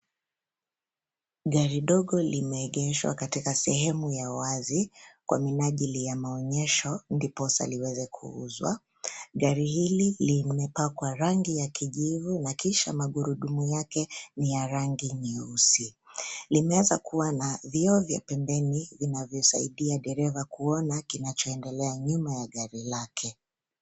Gari dogo limeegeshwa katika sehemu ya wazi kwa minajili ya maonesho ndiposa liweze kuuzwa. Gari hili limepakwa rangi ya kijivu na kisha magurudumu yake ni ya rangi nyeusi. Limeweza kuwa na vioo vya pembeni vinavyosaidia dereva kuona kinachoendelea nyuma ya gari lake.